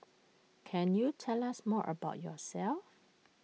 can you tell us more about yourself